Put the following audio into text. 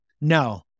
no